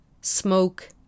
smoke